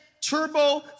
turbo